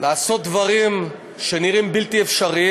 לעשות דברים שנראים בלתי אפשריים.